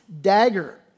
dagger